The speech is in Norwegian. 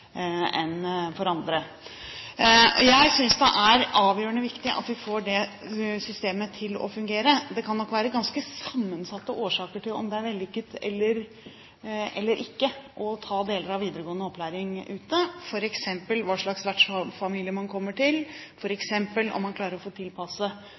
andre. Jeg synes det er avgjørende at vi får dette systemet til å fungere. Det kan nok være ganske sammensatte årsaker til at det er vellykket eller ikke å ta deler av videregående opplæring ute, f.eks. hva slags vertsfamilie man kommer til, om man klarer å tilpasse den opplæringen man får, til videregående opplæring hjemme, osv. Det